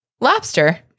lobster